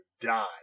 die